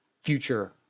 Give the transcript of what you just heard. future